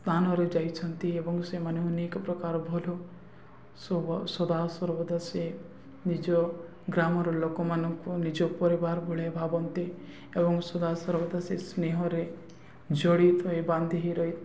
ସ୍ଥାନରେ ଯାଇଛନ୍ତି ଏବଂ ସେମାନେ ଅନକ ପ୍ରକାର ଭଲ ସଦା ସର୍ବଦା ସେ ନିଜ ଗ୍ରାମର ଲୋକମାନଙ୍କୁ ନିଜ ପରିବାର ଭଳିଆ ଭାବନ୍ତି ଏବଂ ସଦା ସର୍ବଦା ସେ ସ୍ନେହରେ ଜଡ଼ିତ ଏ ବାନ୍ଧି ହେଇ ରହି